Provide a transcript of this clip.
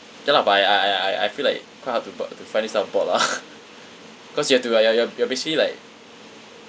ya lah but I I I I I I feel like quite hard to bot to find this type of bot lah cause you've to you're you're you're basically like